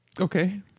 Okay